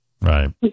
Right